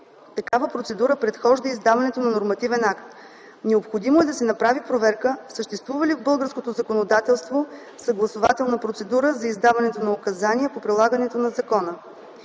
такава процедура предхожда издаването на нормативен акт. Необходимо е да се направи проверка, съществува ли в българското законодателство съгласувателна процедура за издаването на указания по прилагането на закона.